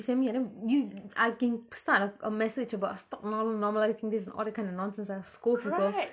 you send me then you I can start a a message about stop nor~ normalizing this all the kind of nonsense I'll scold people